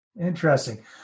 Interesting